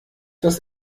das